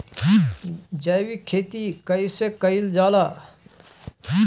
जैविक खेती कईसे कईल जाला?